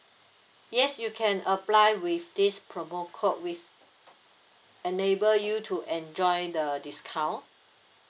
yes you can apply with this promo code which enable you to enjoy the discount